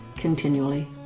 continually